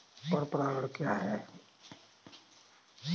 पर परागण क्या है?